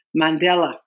Mandela